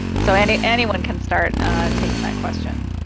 so and anyone can start taking that question.